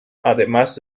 además